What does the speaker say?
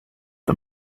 the